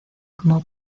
como